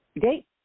date